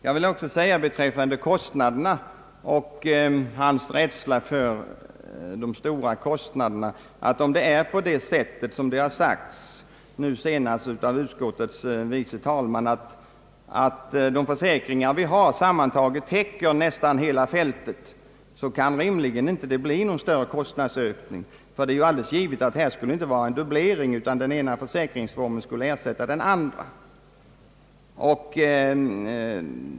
Jag vill också beträffande rädslan för de höga kostnaderna säga att om det är på det sätt som har sagts nu senast av utskottets ordförande, att de försäkringar som finns sammantaget täcker nästan hela fältet, kan det rimligen inte bli fråga om någon större - kostnadsökning. Det är alldeles givet att det inte kan bli någon dubblering av utgifterna enär den ena försäkringsformen skall ersätta den andra.